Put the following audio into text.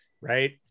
Right